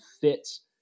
fits